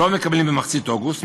לא מקבלים במחצית אוגוסט,